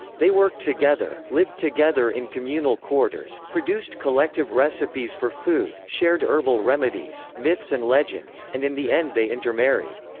they worked together, lived together in communal quarters, produced collective recipes for food, shared herbal remedies, myths and legends, and in the end they intermarried.